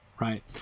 right